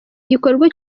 gikorwa